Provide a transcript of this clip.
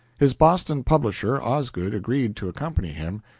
his boston publisher, osgood, agreed to accompany him,